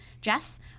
Jess